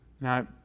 Now